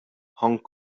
hong